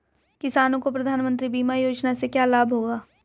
किसानों को प्रधानमंत्री बीमा योजना से क्या लाभ होगा?